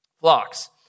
flocks